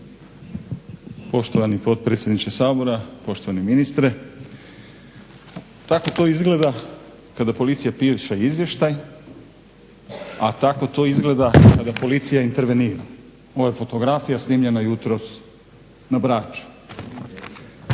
Poštovani potpredsjedniče Sabora, poštovani ministre. Tako to izgleda kada policija piše izvještaj, a tako to izgleda kada policija intervenira. Ovo je fotografija snimljena jutros na Braču.